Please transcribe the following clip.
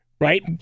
Right